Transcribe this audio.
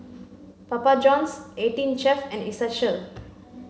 Papa Johns eighteen Chef and Essential